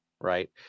right